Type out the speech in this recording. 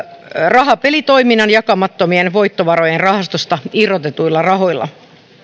rahapelitoiminnan jakamattomien voittovarojen rahastosta irrotetuilla rahoilla